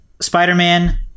Spider-Man